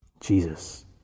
Jesus